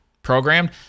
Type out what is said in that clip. Programmed